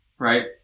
Right